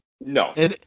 No